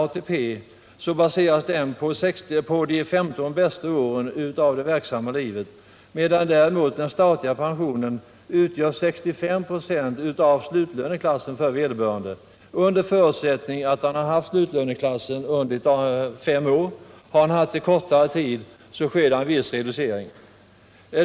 ATP baseras vidare på de 15 bästa åren av den anställdes verksamma liv, medan däremot den statliga pensionen utgör 65 96 av lönen i slutlöneklassen för vederbörande, under förutsättning att han har befunnit sig i slutlöneklassen minst fem år. Om han befunnit sig i slutlöneklassen kortare tid än fem år sker viss reducering.